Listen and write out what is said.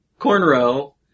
Cornrow